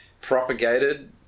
propagated